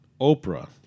Oprah